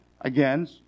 again